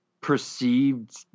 perceived